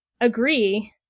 agree